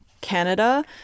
Canada